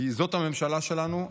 כי זאת הממשלה שלנו.